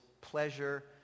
pleasure